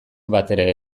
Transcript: batere